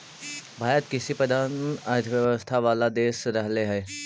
भारत कृषिप्रधान अर्थव्यवस्था वाला देश रहले हइ